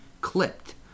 clipped